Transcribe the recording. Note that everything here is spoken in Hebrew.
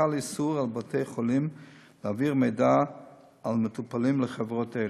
חל איסור על בתי-חולים להעביר מידע על מטופלים לחברות אלו.